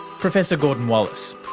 professor gordon wallace.